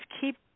keep